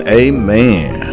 amen